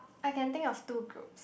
I can think of two groups